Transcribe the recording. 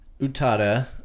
Utada